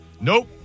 Nope